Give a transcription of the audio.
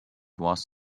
was